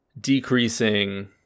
decreasing